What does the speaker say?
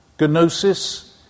Gnosis